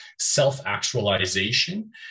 self-actualization